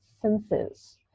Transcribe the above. senses